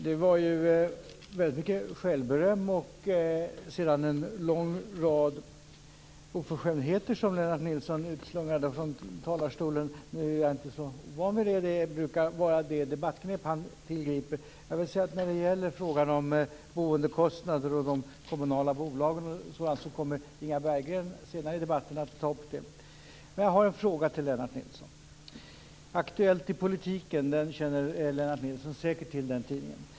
Herr talman! Det var mycket självberöm men också en lång rad oförskämdheter som Lennart Nilsson utslungade från talarstolen. Jag är inte så van vid sådant men det brukar vara det debattknep som Lennart Nilsson tillgriper. Frågan om boendekostnader och de kommunala bolagen kommer Inga Berggren senare i debatten här att ta upp. Jag har en fråga till Lennart Nilsson, som säkert känner till tidningen Aktuellt i Politiken.